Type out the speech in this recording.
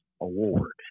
award